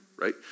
right